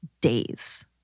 days